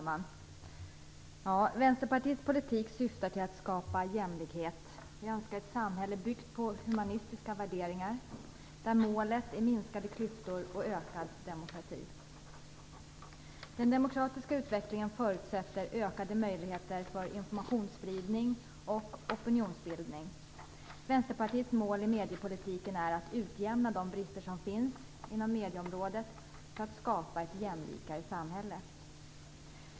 Fru talman! Vänsterpartiets politik syftar till att skapa jämlikhet. Vi önskar ett samhälle byggt på humanistiska värderingar, där målet är minskade klyftor och ökad demokrati. Den demokratiska utvecklingen förutsätter ökade möjligheter för informationsspridning och opinionsbildning. Vänsterpartiets mål i mediepolitiken är att utjämna de brister som finns inom medieområdet för att skapa ett jämlikare samhälle.